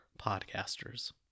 Podcasters